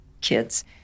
kids